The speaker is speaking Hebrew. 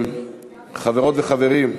חברות וחברים,